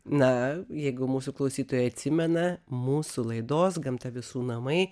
na jeigu mūsų klausytojai atsimena mūsų laidos gamta visų namai